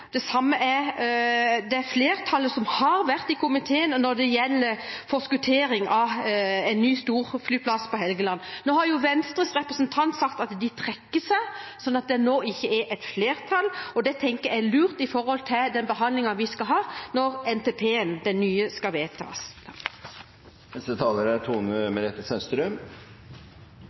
Det samme gjelder det flertallet som har vært i komiteen når det gjelder forskuttering av en ny storflyplass på Helgeland. Nå har Venstres representant sagt at de vil trekke seg, slik at det nå ikke er et flertall. Det tenker jeg er lurt med tanke på den behandlingen vi skal ha når den nye NTP-en skal vedtas. Så er siste budsjett fra denne regjeringa i perioden lagt fram, og det er